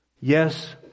Yes